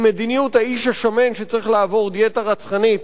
עם מדיניות האיש השמן שצריך לעבור דיאטה רצחנית,